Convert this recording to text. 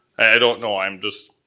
i don't know, i'm just.